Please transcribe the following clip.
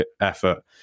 effort